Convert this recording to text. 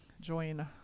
Join